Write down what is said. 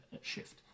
shift